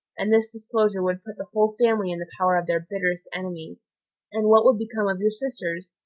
and this disclosure would put the whole family in the power of their bitterest enemies and what would become of your sisters,